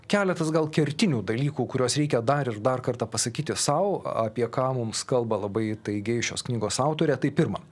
keletas gal kertinių dalykų kuriuos reikia dar ir dar kartą pasakyti sau apie ką mums kalba labai įtaigiai šios knygos autorė tai pirma